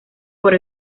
por